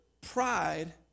Pride